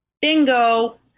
bingo